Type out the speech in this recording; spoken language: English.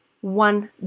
one